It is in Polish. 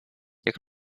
jak